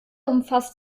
umfasst